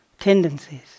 Tendencies